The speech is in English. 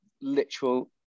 literal